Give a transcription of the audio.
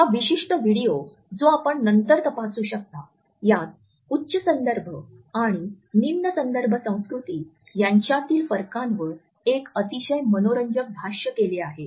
हा विशिष्ट व्हिडिओ जो आपण नंतर तपासू शकता यात उच्च संदर्भ आणि निम्न संदर्भ संस्कृती यांच्यातील फरकांवर एक अतिशय मनोरंजक भाष्य केले आहे